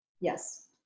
Yes